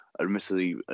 Admittedly